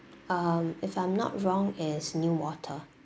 um if I'm not wrong is newater